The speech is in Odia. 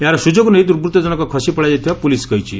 ଏହାର ସୁଯୋଗ ନେଇ ଦୁର୍ବୁଉ ଜଶକ ଖସି ପଳାଇ ଯାଇଥିବା ପୁଲିସ କହିଛି